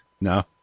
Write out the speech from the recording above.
No